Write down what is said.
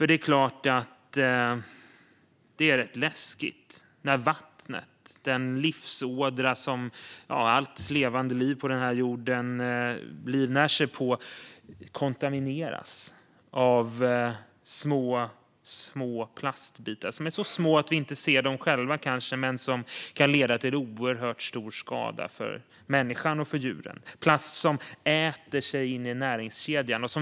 Det är läskigt när vattnet, den livsådra som allt levande liv på jorden livnär sig på, kontamineras av små plastbitar, som är så små att vi inte ser dem själva men som kan leda till oerhört stor skada för människan och för djuren. Det är plast som äter sig in i näringskedjan.